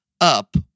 up